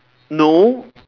no